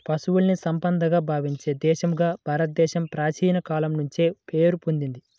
పశువుల్ని సంపదగా భావించే దేశంగా భారతదేశం ప్రాచీన కాలం నుంచే పేరు పొందింది